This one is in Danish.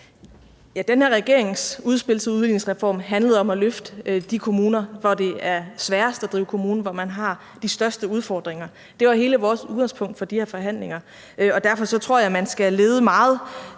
regerings udspil til udligningsreform handlede om at løfte de kommuner, hvor det er sværest at drive kommune, hvor man har de største udfordringer. Det var hele vores udgangspunkt for de her forhandlinger, og derfor tror jeg, at man skal lede meget